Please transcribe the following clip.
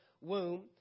womb